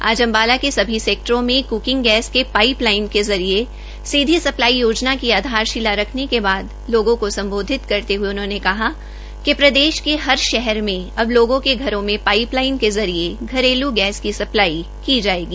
आज अंबाला के सभी सैक्टरों में कुकिंग गैस के पाइप लाइन के जरिए सीधी सप्लाई योजना की आधारशिला रखने के बाद लोगों को संबोधित करते हुए उन्होंने कहा की प्रदेश के हर शहर में अब लोगों के घरों में पाइप लाइन के जरिए घरेलू गेस की सप्लाई की जाएगी